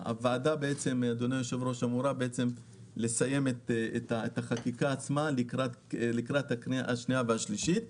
הוועדה אמורה לסיים את החקיקה עצמה לקראת הקריאה השנייה והשלישית.